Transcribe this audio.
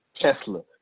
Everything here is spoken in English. Tesla